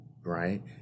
right